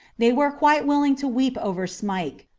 they were quite willing to weep over smike.